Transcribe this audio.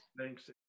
Thanks